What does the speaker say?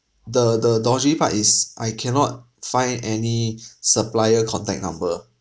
the the dodgy part is I cannot find any supplier contact number